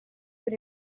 per